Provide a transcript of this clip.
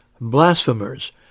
blasphemers